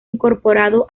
incorporado